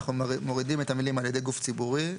אנחנו מורידים את המילים "על-ידי גוף ציבורי"